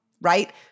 right